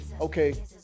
okay